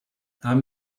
haben